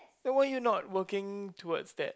then why you not working towards that